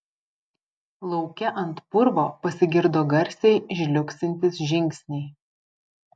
lauke ant purvo pasigirdo garsiai žliugsintys žingsniai